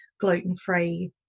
gluten-free